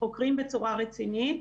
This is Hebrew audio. חוקרים בצורה רצינית.